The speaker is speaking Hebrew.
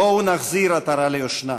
בואו נחזיר עטרה ליושנה,